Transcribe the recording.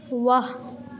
वाह